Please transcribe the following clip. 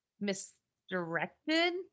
misdirected